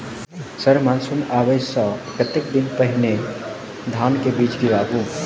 Sir monsoon आबै सऽ कतेक दिन पहिने धान केँ बीज गिराबू?